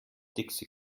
dixi